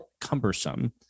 cumbersome